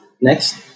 Next